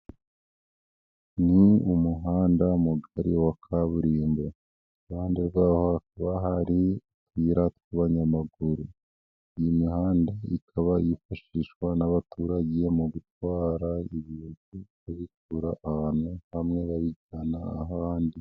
Ni umuhanda mugari wa kaburimbo. Iruhande rw'aho hakaba hari utuyira tw'abanyamaguru. Iyi mihanda ikaba yifashishwa n'abaturage mu gutwara ibintu babikura ahantu hamwe bajyana abandi.